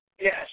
Yes